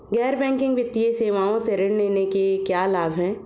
गैर बैंकिंग वित्तीय सेवाओं से ऋण लेने के क्या लाभ हैं?